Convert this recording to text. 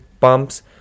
pumps